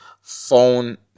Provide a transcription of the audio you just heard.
phone